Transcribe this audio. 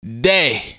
day